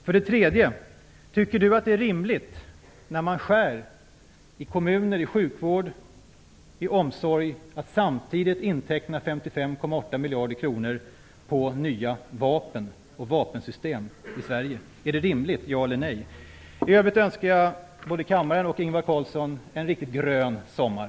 För det tredje: Tycker Ingvar Carlsson att det är rimligt, när man skär i kommuner, sjukvård och omsorg, att samtidigt inteckna 55,8 miljarder kronor till nya vapensystem? Är det rimligt, ja eller nej? I övrigt önskar jag både kammaren och Ingvar Carlsson en riktigt grön sommar.